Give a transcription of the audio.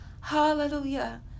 Hallelujah